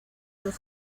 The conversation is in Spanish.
los